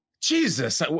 Jesus